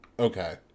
Okay